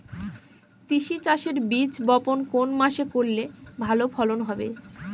তিসি চাষের বীজ বপন কোন মাসে করলে ভালো ফলন হবে?